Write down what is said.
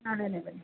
ನಾಳೆನೇ ಬನ್ನಿ